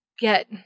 get